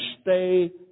stay